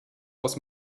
aus